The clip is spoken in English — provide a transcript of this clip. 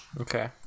Okay